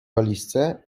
walizce